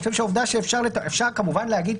אני חושב שהעובדה שאפשר אפשר כמובן להגיד,